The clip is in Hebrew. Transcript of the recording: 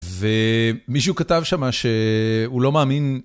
ומישהו כתב שמה שהוא לא מאמין.